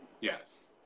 Yes